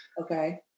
Okay